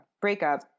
breakup